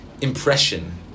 impression